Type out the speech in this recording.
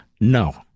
no